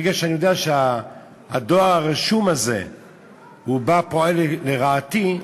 ברגע שאני יודע שהדואר הרשום הזה פועל לרעתי,